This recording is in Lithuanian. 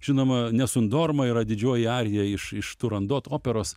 žinoma nessun dorma yra didžioji arija iš iš turandot operos